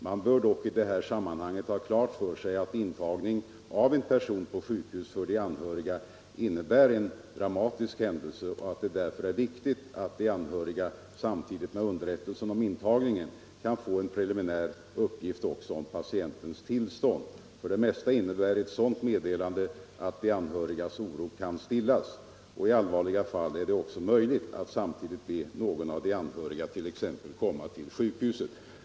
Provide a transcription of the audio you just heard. Man bör dock i de här sammanhangen ha klart för sig att intagning av en person på sjukhus för de anhöriga innebär en dramatisk händelse, och att det därför är viktigt att de anhöriga samtidigt med underrättelsen om intagningen kan få en preliminär uppgift också om patientens tillstånd. För det mesta innebär ett sådant meddelande att de anhörigas oro kan stillas, och i allvarliga fall är det möjligt att samtidigt be t.ex. någon av de anhöriga komma till sjukhuset.